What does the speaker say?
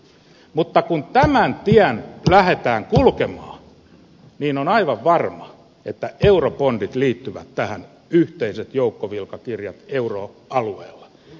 mutta kun tätä tietä lähdetään kulkemaan niin on aivan varma että eurobondit liittyvät tähän yhteiset joukkovelkakirjat euroalueella